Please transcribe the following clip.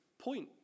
point